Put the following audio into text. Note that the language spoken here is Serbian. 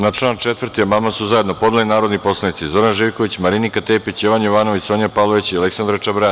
Na član 4. amandman su zajedno podneli narodni poslanici Zoran Živković, Marinika Tepić, Jovan Jovanović, Sonja Pavlović i Aleksandra Čabraja.